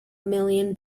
million